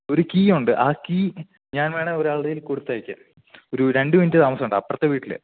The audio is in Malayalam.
ഒരു കീയൊണ്ട് ആ കീ ഞാൻ വേണേൽ ഒരാളുടെ കയ്യിൽ കൊടുത്തയക്കാം ഒരു രണ്ടു മിനിറ്റ് താമസം ഉണ്ടാകും അപ്പുറത്തെ വീട്ടിലെയാണ്